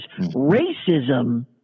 racism